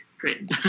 great